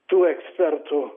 tų ekspertų